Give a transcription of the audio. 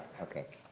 okay.